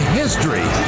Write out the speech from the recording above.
history